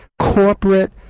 corporate